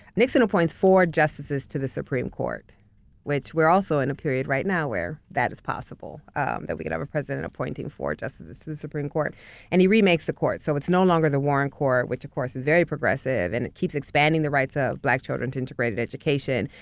nixon appoints four justices to the supreme court which we're also in a period right now where that is possible that we can have a president appointing four justices to the supreme court and he remakes the court. so it's no longer the warren court which of course is very progressive and it keeps expanding the rights ah of black children to integrated education.